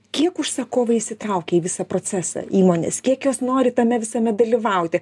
kiek užsakovai įsitraukia į visą procesą įmonės kiek jos nori tame visame dalyvauti